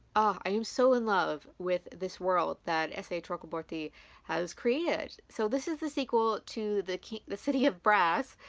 i am so in love with this world that s a. chakraborty has created so this is the sequel to the the city of brass,